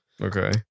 Okay